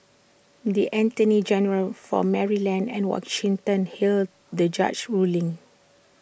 the attorneys general for Maryland and Washington hailed the judge's ruling